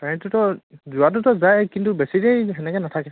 কাৰেণ্টটোতো যোৱাটোতো যায় কিন্তু বেছি দেৰি সেনেকে নাথাকে